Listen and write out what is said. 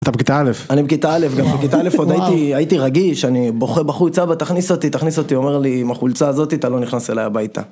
אתה בכיתה א'. אני בכיתה א', גם בכיתה א' עוד הייתי רגיש, אני בוכה בחוץ, אבא תכניס אותי, תכניס אותי. אומר לי עם החולצה הזאת אתה לא נכנס אליי הביתה.